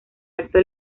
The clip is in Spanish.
acto